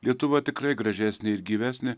lietuva tikrai gražesnė ir gyvesnė